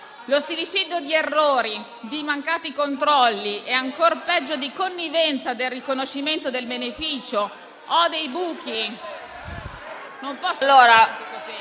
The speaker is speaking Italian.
Lo stillicidio di errori, di mancati controlli e, ancor peggio, di connivenza nel riconoscimento del beneficio o dei buchi... *(Commenti)*.